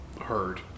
heard